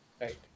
right